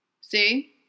See